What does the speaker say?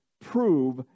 prove